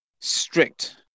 strict